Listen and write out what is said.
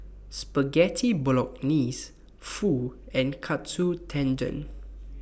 Spaghetti Bolognese Pho and Katsu Tendon